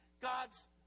God's